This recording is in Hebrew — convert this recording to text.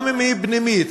גם אם היא פנימית,